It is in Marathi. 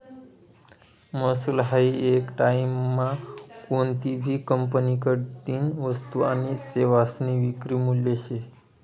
महसूल हायी येक टाईममा कोनतीभी कंपनीकडतीन वस्तू आनी सेवासनी विक्री मूल्य शे